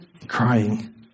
crying